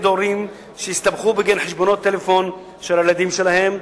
הורים שהסתבכו בגין חשבונות טלפון של הילדים שלהם.